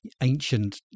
ancient